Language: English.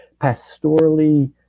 pastorally